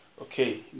okay